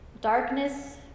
Darkness